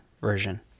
Version